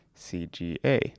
CGA